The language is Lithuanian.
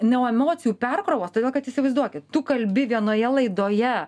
nuo emocijų perkrovos todėl kad įsivaizduokit tu kalbi vienoje laidoje